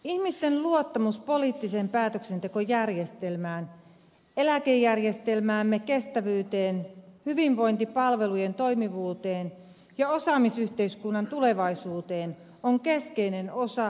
ihmisten luottamus poliittiseen päätöksentekojärjestelmään eläkejärjestelmämme kestävyyteen hyvinvointipalvelujen toimivuuteen ja osaamisyhteiskunnan tulevaisuuteen on keskeinen osa demokratian toimintaa